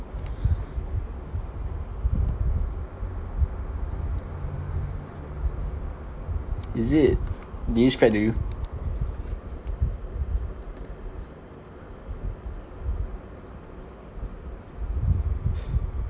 is it did he spread to you